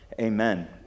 Amen